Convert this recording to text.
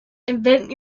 invent